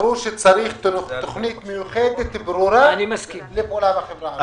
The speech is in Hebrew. ברור שצריך תוכנית מיוחדת וברורה לפעולה בחברה הערבית.